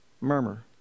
Murmur